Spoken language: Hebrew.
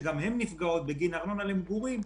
שגם הן נפגעות בגין ארנונה למגורים,